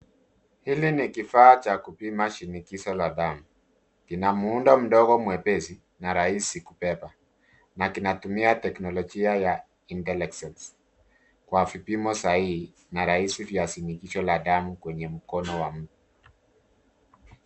Hili ni kifaa cha kupima shinikizo la damu. Kina muundo mdogo mwepesi na rahisi kubeba, na kinatumia teknolojia ya intelecsence . Hutoa vipimo sahihi na rahisi kupima shinikizo la damu kwenye mkono wa mtu.